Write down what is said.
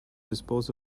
dispose